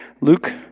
Luke